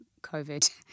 COVID